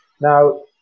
Now